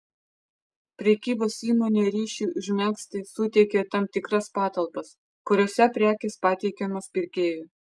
prekybos įmonė ryšiui užmegzti suteikia tam tikras patalpas kuriose prekės pateikiamos pirkėjui